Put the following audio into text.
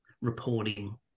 reporting